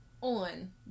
on